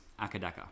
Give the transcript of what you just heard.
akadaka